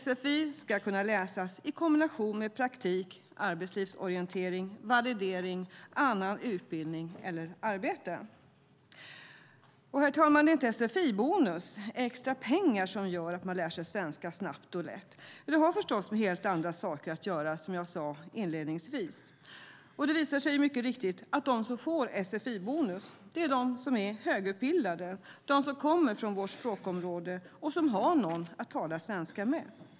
Sfi ska kunna läsas i kombination med praktik, arbetslivsorientering, validering, annan utbildning eller arbete. Fru talman! Det är inte sfi-bonus - extra pengar - som gör om man lär sig svenska snabbt och lätt. Det har förstås med helt andra saker att göra, som jag sade inledningsvis. Och det visar sig mycket riktigt att de som får sfi-bonus är de som är högutbildade, de som kommer från vårt språkområde och de som har någon att tala svenska med.